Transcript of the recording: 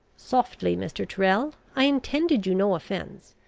softly, mr. tyrrel i intended you no offence.